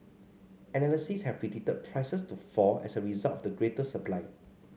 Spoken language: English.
analysts had predicted prices to fall as a result of the greater supply